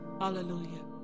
hallelujah